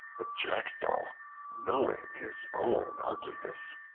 the jackdaw, knowing his own ugliness,